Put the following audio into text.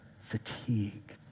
fatigued